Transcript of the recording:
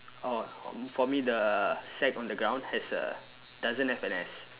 orh for me the sack on the ground has a doesn't have an S